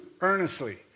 earnestly